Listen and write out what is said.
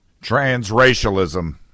Transracialism